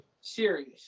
Serious